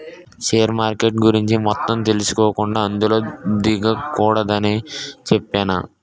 share మార్కెట్ల గురించి మొత్తం తెలుసుకోకుండా అందులో దిగకూడదని చెప్పేనా